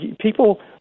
people